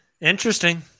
interesting